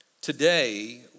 Today